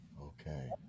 Okay